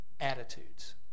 attitudes